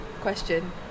question